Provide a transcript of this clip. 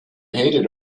hated